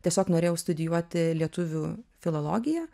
tiesiog norėjau studijuoti lietuvių filologiją